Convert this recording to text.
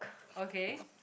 okay